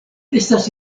estas